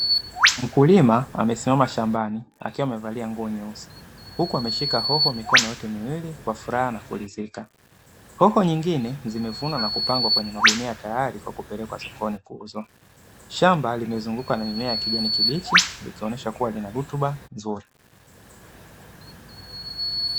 Mkulima amesimama shambani akiwa amevalia nguo nyeusi huku akiwa ameshika hoho kwa mikono yote miwili kwa furaha na kurithika, hoho nyingine zimefungwa na kupangwa kwenye magunia tayari kwa kupelekwa sokoni kwa ajili ya kuuza, shamba limezungukwa na mimea ya kijani kibichi ikionyesha kuwa ina rotuba nzuri.